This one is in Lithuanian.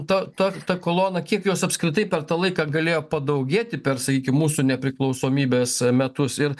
ta ta ta kolona kiek jos apskritai per tą laiką galėjo padaugėti per sakykim mūsų nepriklausomybės metus ir